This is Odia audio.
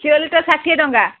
କ୍ଷୀର ଲିଟର ଷାଠିଏ ଟଙ୍କା